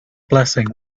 blessing